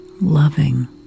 loving